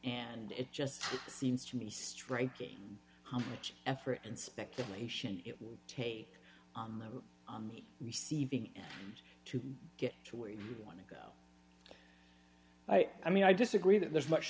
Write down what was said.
and it just seems to me striking how much effort and speculation it would take on the receiving end to get to where you want to go i mean i disagree that there's much